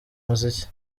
muziki